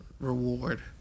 reward